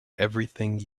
everything